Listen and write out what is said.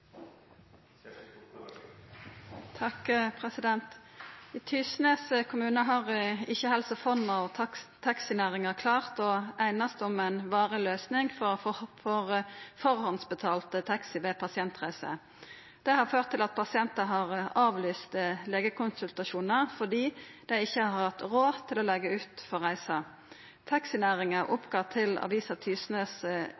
Tysnes kommune har ikke Helse Fonna og taxinæringen klart å enes om en varig løsning for forhåndsbetalt taxi ved pasientreiser. Det har ført til at pasienter har avlyst legekonsultasjoner fordi de ikke har hatt råd til å legge ut for reisen. Taxinæringen